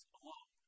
alone